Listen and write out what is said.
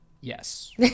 yes